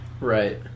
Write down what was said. Right